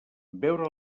veure